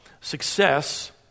success